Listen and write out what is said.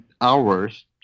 hours